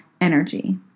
energy